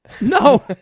No